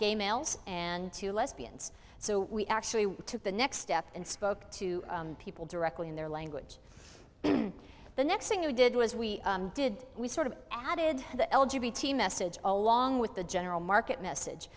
y males and to lesbians so we actually took the next step and spoke to people directly in their language the next thing we did was we did we sort of added the l g b t message along with the general market message